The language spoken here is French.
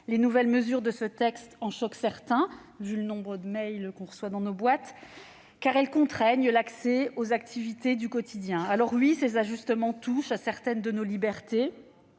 Les nouvelles mesures de ce texte en choquent certains, vu le nombre de messages que nous recevons dans nos boîtes mail, car elles contraignent l'accès aux activités du quotidien. Il est vrai que ces ajustements touchent à certaines de nos libertés